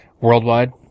worldwide